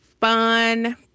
fun